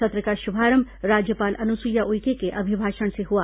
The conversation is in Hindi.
सत्र का शुभारंभ राज्यपाल अनुसुईया उइके के अभिभाषण से हुआ